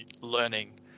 learning